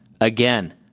Again